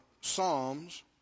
Psalms